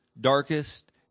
darkest